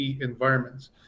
environments